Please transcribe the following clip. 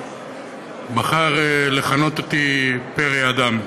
בחר לכנות אותי "פרא אדם".